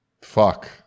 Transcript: fuck